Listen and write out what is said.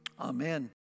Amen